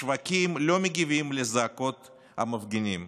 השווקים לא מגיבים על זעקות המפגינים,